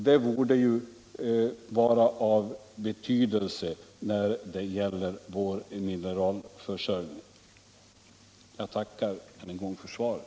Det borde vara av betydelse när det gäller vår mineralförsörjning. Jag tackar än en gång för svaret.